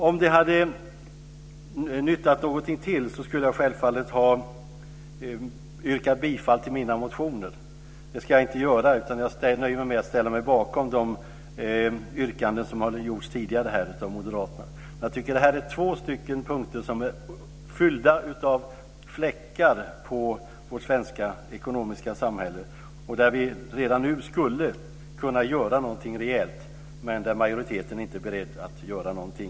Om det hade varit till någon nytta skulle jag självfallet ha yrkat bifall till mina motioner men det ska jag inte göra. I stället nöjer jag mig med att ställa mig bakom de yrkanden som tidigare har gjorts av moderater. Här finns alltså två punkter där det är fullt av fläckar på vårt svenska ekonomiska samhälle. Redan nu skulle vi kunna göra någonting rejält men majoriteten är inte beredd att göra någonting.